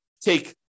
take